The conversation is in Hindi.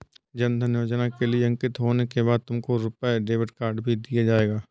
जन धन योजना के लिए अंकित होने के बाद तुमको रुपे डेबिट कार्ड भी दिया जाएगा